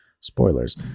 spoilers